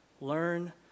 Learn